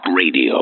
Radio